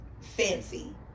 fancy